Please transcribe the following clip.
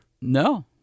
No